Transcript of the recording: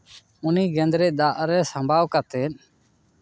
ᱩᱱᱤ ᱜᱮᱸᱫᱽᱨᱮᱡ ᱫᱟᱜ ᱨᱮ ᱥᱟᱸᱵᱟᱣ ᱠᱟᱛᱮᱜ